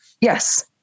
Yes